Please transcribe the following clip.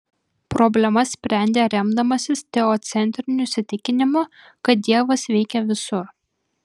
problemas sprendė remdamasis teocentriniu įsitikinimu kad dievas veikia visur